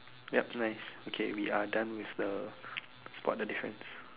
yep nice okay we are done with the spot the difference